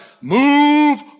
move